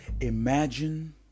Imagine